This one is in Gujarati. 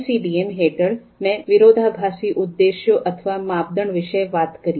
એમસીડીએમ હેઠળ મેં વિરોધાભાસી ઉદ્દેશો અથવા માપદંડ વિશે વાત કરી